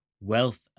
wealth